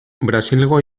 brasilgo